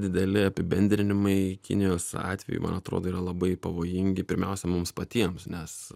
dideli apibendrinimai kinijos atveju man atrodo yra labai pavojingi pirmiausia mums patiems nes